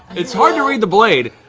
it's hard to read the blade,